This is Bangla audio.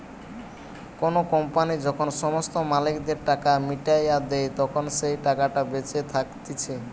কোনো কোম্পানি যখন সমস্ত মালিকদের টাকা মিটাইয়া দেই, তখন যেই টাকাটা বেঁচে থাকতিছে